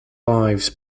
lives